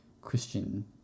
christian